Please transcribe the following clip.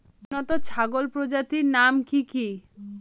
উন্নত ছাগল প্রজাতির নাম কি কি?